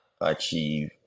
achieve